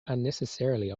unnecessarily